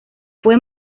fue